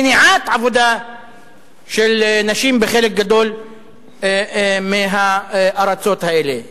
מניעת עבודה של נשים בחלק גדול מהארצות האלה.